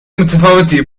متفاوتی